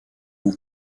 who